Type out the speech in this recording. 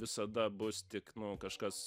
visada bus tik nu kažkas